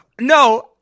no